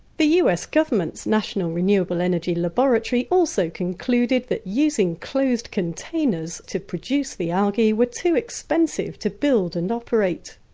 the us government's national renewable energy laboratory also concluded that using closed containers to produce the algae were too expensive to build and operate.